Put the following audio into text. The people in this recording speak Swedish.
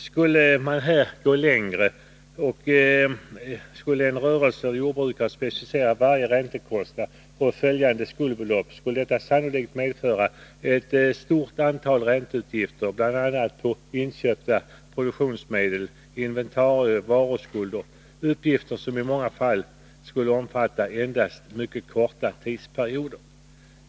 Skulle man gå längre och kräva att en rörelseidkare eller en jordbrukare specificerar varje räntekostnad och åtföljande skuldbelopp, skulle det sannolikt medföra ett stort antal ränteuppgifter, bl.a. på inköpta produktionsmedel, inventarier och varuskulder — uppgifter som i många fall skulle omfatta endast mycket korta tidsperioder.